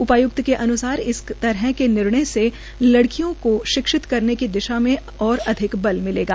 उपाय्क्त के अन्सार इस तरह के निर्णय से लड़कियों को शिक्षित करने की दिशा मे और अधिक बल मिलेगा